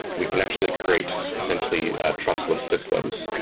we can actually create essentially trustless systems.